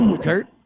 Kurt